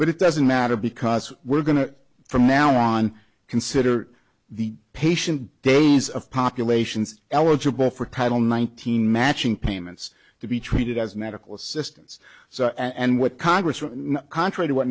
but it doesn't matter because we're going to from now on consider the patient days of populations eligible for title nineteen matching payments to be treated as medical assistance and what congressman contrary to what